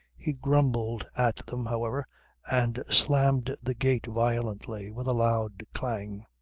he grumbled at them however and slammed the gate violently with a loud clang.